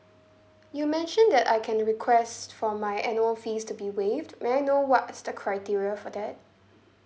you mentioned that I can request for my annual fees to be waived may I know what's the criteria for that